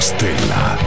Stella